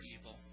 evil